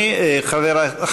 תודה, אדוני.